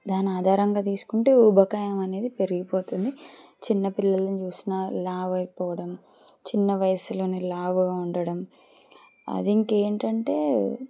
దాని ఆధారంగా తీసుకుంటే ఉపకాయం అనేది పెరిగిపోతుంది చిన్నపిల్లల్ని చూసినా లావు అయిపోవడం చిన్న వయసులోని లావుగా ఉండడం అది ఇంకేంటంటే